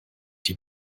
die